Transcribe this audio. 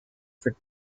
for